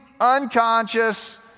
unconscious